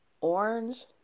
orange